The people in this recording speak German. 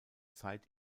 zeit